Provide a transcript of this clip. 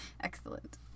Excellent